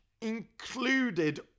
included